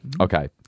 Okay